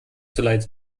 zuleide